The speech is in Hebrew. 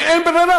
כי אין ברירה,